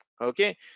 Okay